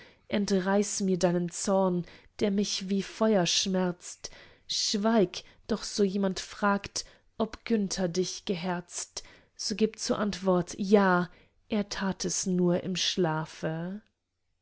entreiß mir deinen zorn der mich wie feuer schmerzt schweig doch so jemand fragt ob günther dich geherzt so gib zur antwort ja er tat es nur im schlafe